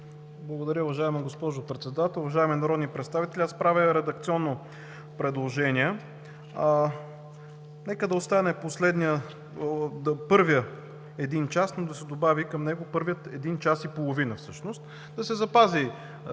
Благодаря. Уважаема госпожо Председател, уважаеми народни представители, аз правя редакционно предложение. Нека да остане първият един час, но да се добави към него „първият един час и половина“. Да се запази